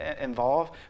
involved